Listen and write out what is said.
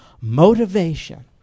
motivation